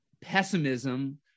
pessimism